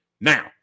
Now